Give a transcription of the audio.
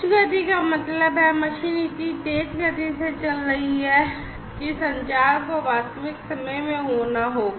उच्च गति का मतलब है कि मशीन इतनी तेज़ गति में चल रही है कि संचार को वास्तविक समय में होना होगा